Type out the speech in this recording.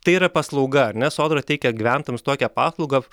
tai yra paslauga ar ne sodra teikia gyventojams tokią paslaugą